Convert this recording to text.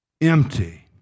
Empty